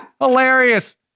Hilarious